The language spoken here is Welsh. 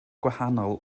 gwahanol